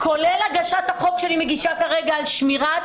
כולל הגשת החוק שאני מגישה כרגע על שמירת